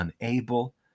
unable